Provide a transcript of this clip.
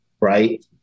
Right